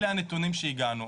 אלה הנתונים שהגענו.